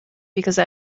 because